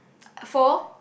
four